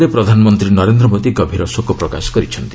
ତାଙ୍କର ବିୟୋଗରେ ପ୍ରଧାନମନ୍ତ୍ରୀ ନରେନ୍ଦ୍ର ମୋଦି ଗଭୀର ଶୋକ ପ୍ରକାଶ କରିଛନ୍ତି